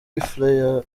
fla